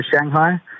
Shanghai